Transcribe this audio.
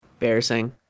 Embarrassing